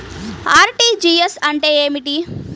RTGS అంటే ఏమిటి?